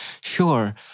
Sure